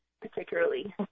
particularly